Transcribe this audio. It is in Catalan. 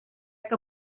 que